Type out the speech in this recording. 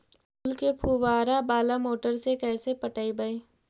फूल के फुवारा बाला मोटर से कैसे पटइबै?